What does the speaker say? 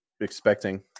expecting